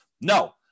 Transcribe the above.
No